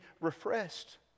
refreshed